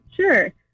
Sure